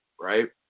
right